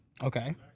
Okay